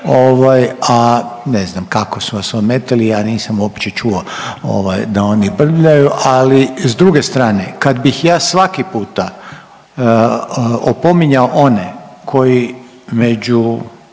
ne znam kako su vas ometali, ja nisam uopće čuo ovaj da oni brbljaju, ali s druge strane kad bih ja svaki puta opominjao one koji među